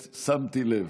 האמת, שמתי לב.